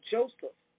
Joseph